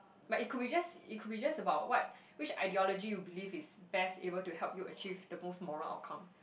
but it could be just it could be just about what which ideology you believe is best able to help you achieve the most moral outcome